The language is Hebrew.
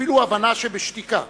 אפילו הבנה שבשתיקה,